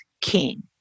king